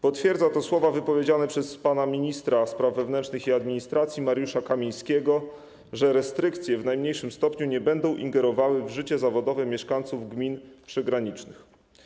Potwierdza to słowa wypowiedziane przez pana ministra spraw wewnętrznych i administracji Mariusza Kamińskiego, że restrykcje w najmniejszym stopniu nie będą ingerowały w życie zawodowe mieszkańców gmin przygranicznych.